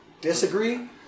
disagree